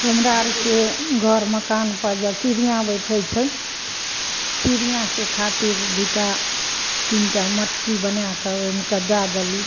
हमरा आरके घर मकानपर जे चिड़ियाँ बैठय छै चिड़ियाँके खातिर दुटा तीनटा मटकी बना कऽ ओइमे कऽ दए देलहुँ